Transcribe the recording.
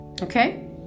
okay